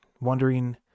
wondering